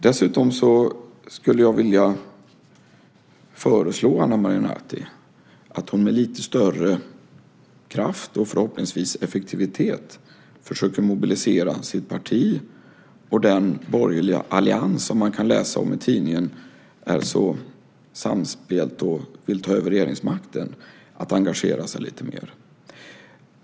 Dessutom skulle jag vilja föreslå Ana Maria Narti att hon med lite större kraft och förhoppningsvis effektivitet försöker mobilisera sitt parti och den borgerliga allians som man i tidningen kan läsa är så samspelt och vill ta över regeringsmakten att engagera sig lite mer.